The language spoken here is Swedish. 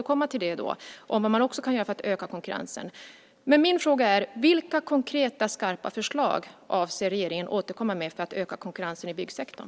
Där behövs också exempel på vad man kan göra för att öka konkurrensen. Min fråga är: Vilka konkreta, skarpa förslag avser regeringen att återkomma med för att öka konkurrensen i byggsektorn?